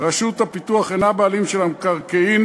רשות הפיתוח אינה הבעלים של המקרקעין.